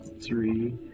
Three